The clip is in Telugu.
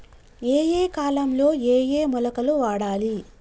ఏయే కాలంలో ఏయే మొలకలు వాడాలి?